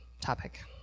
topic